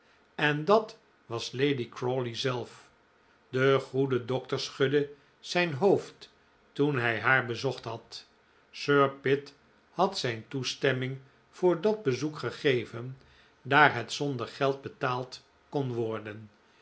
en dat was lady crawley zelf de goede dokter schudde zijn hoofd toen hij haar bezocht had sir pitt had zijn toestemming voor dat bezoek gegeven daar het zonder geld betaald kon worden